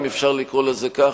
אם אפשר לקרוא לזה כך,